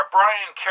Brian